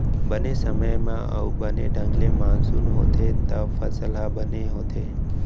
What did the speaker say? बने समे म अउ बने ढंग ले मानसून होथे तव फसल ह बने होथे